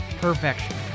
perfection